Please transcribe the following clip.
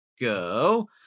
go